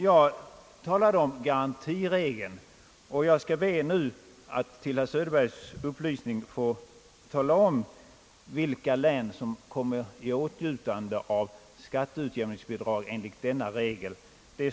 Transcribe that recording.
Jag talade om garantiregeln, och jag skall nu be att till herr Söderbergs upplysning få tala om vilka län som kommer i åtnjutande av skatteutjämningsbidrag enligt denna regel.